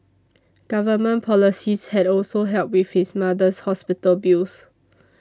government policies had also helped with his mother's hospital bills